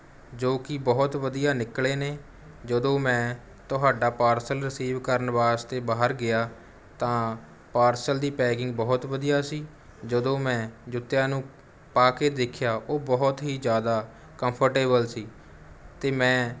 ਜੋ ਕਿ ਬਹੁਤ ਵਧੀਆ ਨਿਕਲੇ ਨੇ ਜਦੋਂ ਮੈਂ ਤੁਹਾਡਾ ਪਾਰਸਲ ਰਿਸੀਵ ਕਰਨ ਵਾਸਤੇ ਬਾਹਰ ਗਿਆ ਤਾਂ ਪਾਰਸਲ ਦੀ ਪੈਕਿੰਗ ਬਹੁਤ ਵਧੀਆ ਸੀ ਜਦੋਂ ਮੈਂ ਜੁੱਤਿਆਂ ਨੂੰ ਪਾ ਕੇ ਦੇਖਿਆ ਉਹ ਬਹੁਤ ਹੀ ਜ਼ਿਆਦਾ ਕੰਫਰਟੇਬਲ ਸੀ ਅਤੇ ਮੈਂ